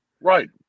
Right